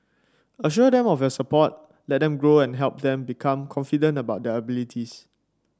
assure them of your support let them grow and help them become confident about their abilities